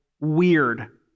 weird